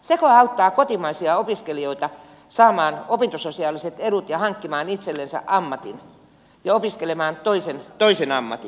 sekö auttaa kotimaisia opiskelijoita saamaan opintososiaaliset edut ja hankkimaan itsellensä ammatin ja opiskelemaan toisen ammatin